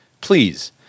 please